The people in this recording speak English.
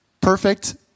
Perfect